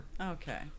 Okay